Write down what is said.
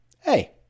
hey